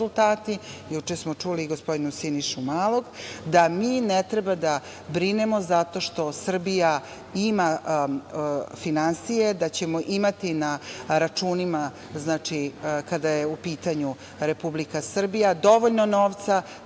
juče smo čili i gospodina Sinišu Malog, da mi ne treba da brinemo zato što Srbija ima finansije, da ćemo imati na računima kada je u pitanju Republika Srbija dovoljno novca